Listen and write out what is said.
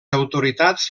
autoritats